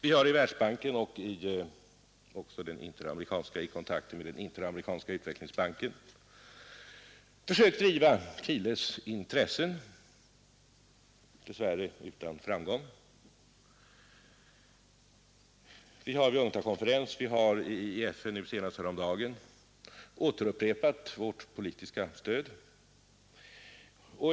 Vi har i Världsbanken och vid kontakter med den interamerikanska utvecklingsbanken försökt driva Chiles intressen — dess värre utan framgång. Vi har vid UNCTAD konferensen och senast häromdagen i FN åter givit Chile vårt politiska stöd.